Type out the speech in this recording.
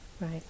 Right